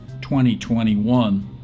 2021